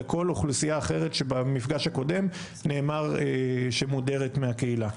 וכל אוכלוסייה אחרת שבמפגש הקודם נאמר שמודרת מהקהילה.